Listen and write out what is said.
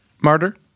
Martyr